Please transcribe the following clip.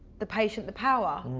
the patient the power.